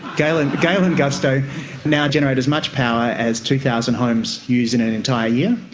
gale and gale and gusto now generate as much power as two thousand homes use in an entire year,